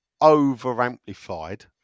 over-amplified